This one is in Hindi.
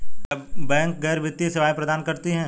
क्या बैंक गैर वित्तीय सेवाएं प्रदान करते हैं?